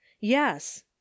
yes